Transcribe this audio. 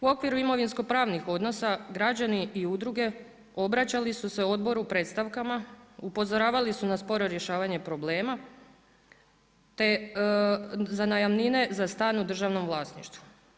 U okviru imovinsko pravnih odnosa građani i udruge obraćali su se odboru predstavkama, upozoravali su na sporo rješavanje problema te za najamnine za stan u državnom vlasništvu.